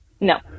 no